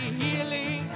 healing